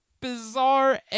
Bizarre